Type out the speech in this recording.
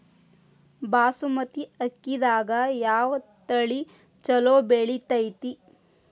ಬಾಸುಮತಿ ಅಕ್ಕಿದಾಗ ಯಾವ ತಳಿ ಛಲೋ ಬೆಳಿತೈತಿ?